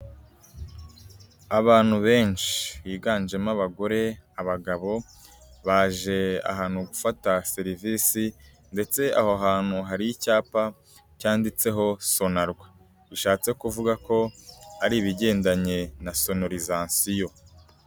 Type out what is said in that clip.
Abantu benshi biganjemo abagore, abagabo, baje ahantu gufata serivisi ndetse aho hantu hari icyapa cyanditseho Sonarwa. Bishatse kuvuga ko ari ibigendanye na sonorizasiyo.